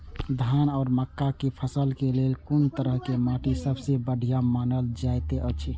धान आ मक्का के फसल के लेल कुन तरह के माटी सबसे बढ़िया मानल जाऐत अछि?